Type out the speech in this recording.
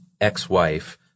ex-wife